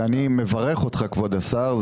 אני מברך אותך כבוד השר.